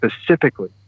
specifically